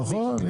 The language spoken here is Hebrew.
נכון.